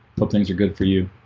hope things are good for you